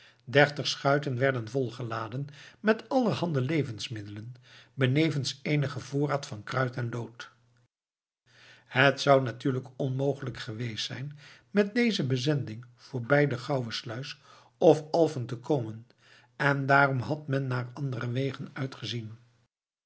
dertig schuiten werden volgeladen met allerhande levensmiddelen benevens eenigen voorraad van kruit en lood het zou natuurlijk onmogelijk geweest zijn met deze bezending voorbij de gouwesluis of alfen te komen en daarom had men naar andere wegen uitgezien